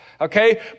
okay